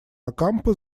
окампо